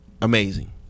amazing